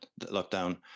lockdown